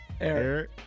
Eric